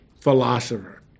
philosopher